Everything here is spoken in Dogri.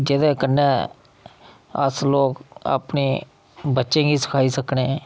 जेह्दे कन्नै अस लोक अपने बच्चें गी सखाई सकने